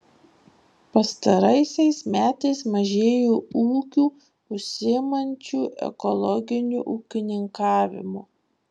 pastaraisiais metais mažėja ūkių užsiimančių ekologiniu ūkininkavimu